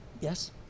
Yes